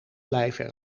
blijven